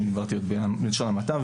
דיברתי בלשון המעטה.